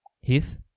Heath